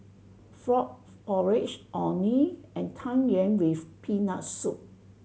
frog porridge Orh Nee and Tang Yuen with Peanut Soup